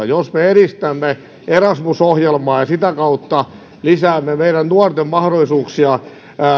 jos me edistämme erasmus ohjelmaa ja sitä kautta lisäämme meidän nuorten mahdollisuuksia